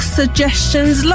suggestions